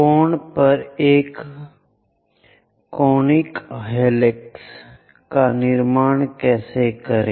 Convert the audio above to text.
कोण पर एक कोनिकल हेलिक्स का निर्माण कैसे करें